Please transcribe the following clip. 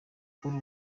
kuri